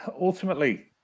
ultimately